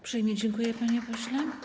Uprzejmie dziękuję, panie pośle.